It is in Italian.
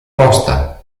posta